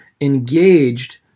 engaged